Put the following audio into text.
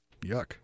Yuck